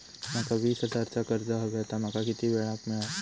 माका वीस हजार चा कर्ज हव्या ता माका किती वेळा क मिळात?